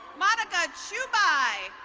monica chubai.